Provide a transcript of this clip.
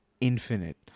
infinite